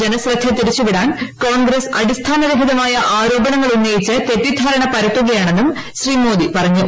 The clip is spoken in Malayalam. ജനശ്രദ്ധ തിരിച്ചുവിടാൻ കോൺഗ്രസ് അടിസ്ഥാന രഹിതമായ ആരോപണങ്ങളുന്നയിച്ച് തെറ്റിദ്ധാരണ പരത്തുകയാണെന്നും ശ്രീ മോദി പറഞ്ഞു